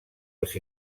els